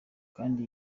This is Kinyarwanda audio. kandi